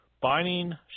binding